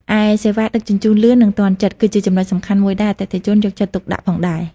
ឯសេវាដឹកជញ្ជូនលឿន និងទាន់ចិត្ត គឺជាចំណុចសំខាន់មួយដែលអតិថិជនយកចិត្តទុកដាក់ផងដែរ។